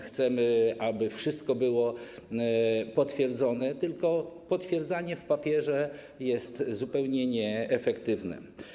Chcemy, aby wszystko było potwierdzone, tylko potwierdzanie na papierze jest zupełnie nieefektywne.